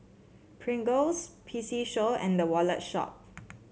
Pringles P C Show and The Wallet Shop